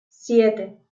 siete